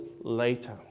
later